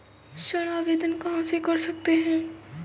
ऋण आवेदन कहां से कर सकते हैं?